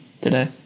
today